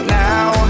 now